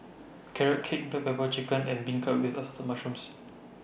Carrot Cake Black Pepper Chicken and Beancurd with Assorted Mushrooms